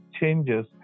changes